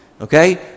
okay